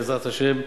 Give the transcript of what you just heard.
בעזרת השם,